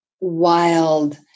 wild